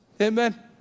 amen